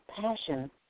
passion